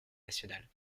nationale